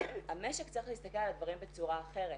המשק צריך להסתכל על הדברים בצורה אחרת: